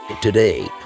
Today